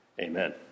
Amen